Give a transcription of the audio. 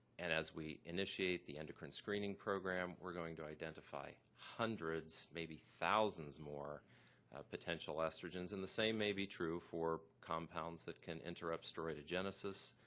and as we initiate the endocrine screening program, we're going to identify hundreds, maybe thousands more potential estrogens and the same may be true for compounds that can interrupt steroidogenesis,